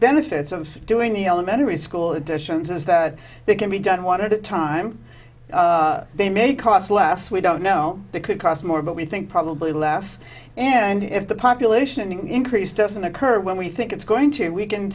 benefits of doing the elementary school additions is that it can be done want to time they may cost less we don't know they could cost more but we think probably less and if the population increase doesn't occur when we think it's going to we can